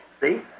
See